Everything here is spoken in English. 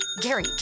Gary